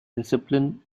discipline